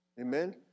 Amen